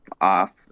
off